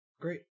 Great